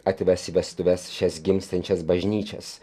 atves į vestuves šias gimstančias bažnyčias